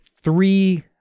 three